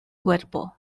cuerpo